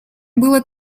было